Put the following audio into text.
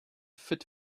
fit